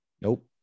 nope